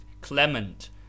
clement